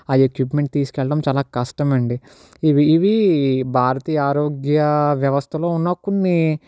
ఆ ఎక్విప్మెంట్ తీసుకెళ్ళటం చాలా కష్టమండి ఇవి ఇవి భారతీయ ఆరోగ్య వ్యవస్థలో ఉన్న కొన్ని